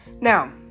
Now